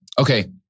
okay